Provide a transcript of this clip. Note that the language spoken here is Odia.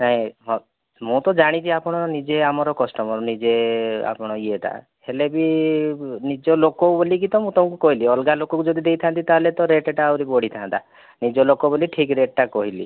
ନାଇଁ ହଁ ମୁଁ ତ ଜାଣିଛି ଆପଣ ନିଜେ ଆମର କଷ୍ଟମର ନିଜେ ଆପଣ ଏଇଟା ହେଲେବି ନିଜ ଲୋକ ବୋଲିକି ତ ମୁଁ ତମକୁ କହିଲି ଅଲଗା ଲୋକ କୁ ଯଦି ଦେଇଥାନ୍ତି ତ ତାହେଲେ ରେଟ୍ ଟା ଆହୁରି ବଢି଼ଥାନ୍ତା ନିଜ ଲୋକ ବୋଲି ଠିକ୍ ରେଟ୍ ଟା କହିଲି